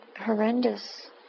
horrendous